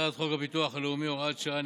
הצעת חוק הביטוח הלאומי (הוראת שעה,